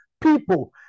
people